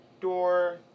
door